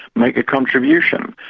make a contribution'.